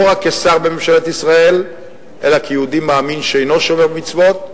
לא רק כשר בממשלת ישראל אלא כיהודי מאמין שאינו שומר מצוות,